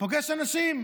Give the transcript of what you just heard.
פוגש אנשים,